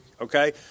Okay